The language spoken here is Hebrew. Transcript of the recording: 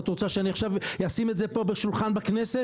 את רוצה שאני עכשיו אשים את זה פה בשולחן בכנסת?